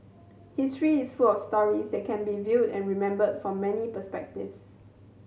history is full of stories that can be viewed and remembered from many perspectives